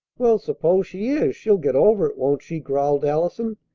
well, suppose she is she'll get over it, won't she? growled allison.